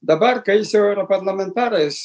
dabar kai jis jau yra parlamentaras